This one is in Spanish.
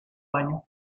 años